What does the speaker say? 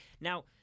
now